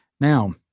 Now